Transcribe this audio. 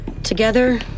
Together